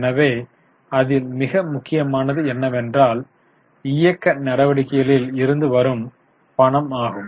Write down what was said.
எனவே அதில் மிக முக்கியமானது என்னவென்றால் இயக்க நடவடிக்கைகளில் இருந்து வரும் பணம் ஆகும்